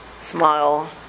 smile